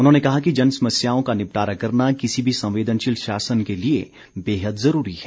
उन्होंने कहा कि जन समस्याओं का निपटारा करना किसी भी संवेदनशील शासन के लिए बेहद ज़रूरी है